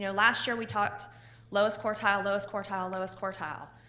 you know last year, we talked lowest quartile, lowest quartile, lowest quartile.